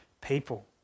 people